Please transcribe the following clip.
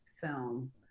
film